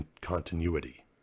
continuity